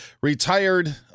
Retired